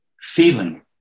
feeling